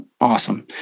Awesome